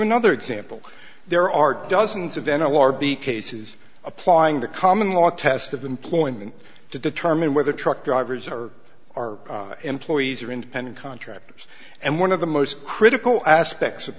another example there are dozens of an award be cases applying the common law test of employment to determine whether a truck drivers or are employees or independent contractors and one of the most critical aspects of